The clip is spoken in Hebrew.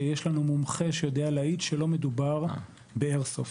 שיש לנו מומחה שיודע להעיד שלא מדובר ב"אייר סופט".